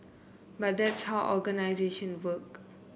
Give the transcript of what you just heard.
but that's how organisation work